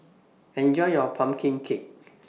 Enjoy your Pumpkin Cake